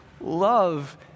love